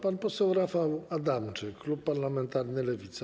Pan poseł Rafał Adamczyk, klub parlamentarny Lewica.